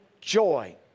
joy